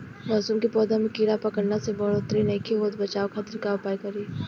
लहसुन के पौधा में कीड़ा पकड़ला से बढ़ोतरी नईखे होत बचाव खातिर का उपाय करी?